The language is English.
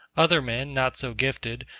other men, not so gifted,